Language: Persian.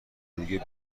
دیگه